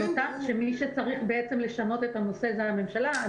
כך שמי שצריך לשנות את הנושא זה הממשלה.